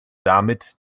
damit